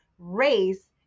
race